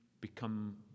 become